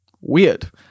Weird